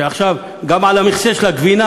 שעכשיו גם על המכסה של הגבינה,